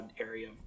area